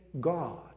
God